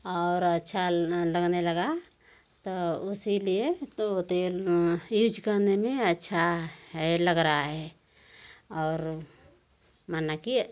और अच्छा लगने लगा तो उसी लिए तो वह तेल यूज करने में अच्छा है लग रहा है और माने कि